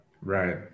right